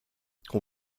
hon